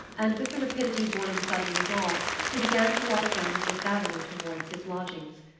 and with the rapidity born of a sudden resolve he began to walk down the fifth avenue towards his lodgings.